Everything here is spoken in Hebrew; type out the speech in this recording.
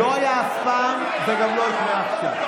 לא היה אף פעם, וגם לא יקרה עכשיו.